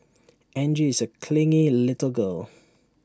Angie is A clingy little girl